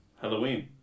Halloween